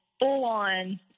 full-on